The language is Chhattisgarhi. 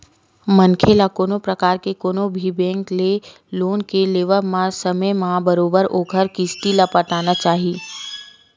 मनखे ल कोनो परकार के कोनो भी बेंक ले लोन के लेवब म समे म बरोबर ओखर किस्ती ल पटाना चाही